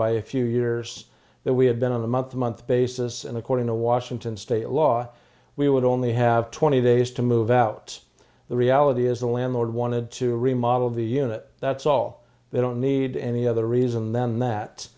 by a few years that we had been on the month to month basis and according to washington state law we would only have twenty days to move out the reality is the landlord wanted to remodel the unit that's all they don't need any other reason than that